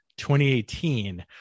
2018